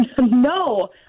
No